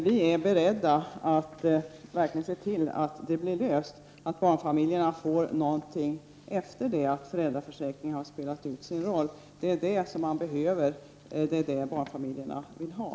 Vi är beredda att verkligen se till att problemet blir löst och att barnfamiljerna får någonting efter det att föräldraförsäkringen har spelat ut sin roll. Det är detta som man behöver, och det är vad barnfamiljerna vill ha.